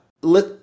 let